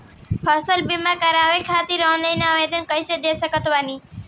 फसल बीमा करवाए खातिर ऑनलाइन आवेदन कइसे दे सकत बानी?